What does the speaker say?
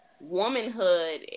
womanhood